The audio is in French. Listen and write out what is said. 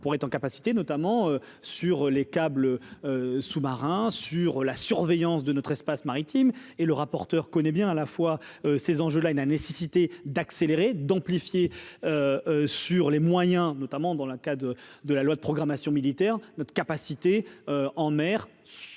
pour être en capacité, notamment sur les câbles sous-marins sur la surveillance de notre espace maritime et le rapporteur connaît bien à la fois ces enjeux là et la nécessité d'accélérer et d'amplifier sur les moyens, notamment dans le cas de de la loi de programmation militaire, notre capacité en mer sous